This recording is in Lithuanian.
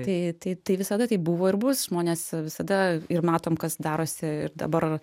tai tai tai visada taip buvo ir bus žmonės visada ir matom kas darosi ir dabar